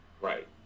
right